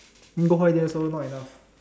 then go holiday also not enough